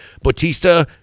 Batista